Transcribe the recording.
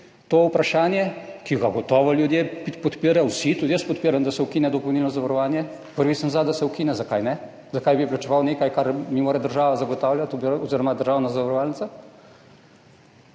to vprašanje, ki ga gotovo podpirajo vsi ljudje. Tudi jaz podpiram, da se ukine dopolnilno zavarovanje, prvi sem za, da se ukine, zakaj ne? Zakaj bi plačeval nekaj, kar mi mora zagotavljati država oziroma državna zavarovalnica?